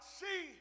see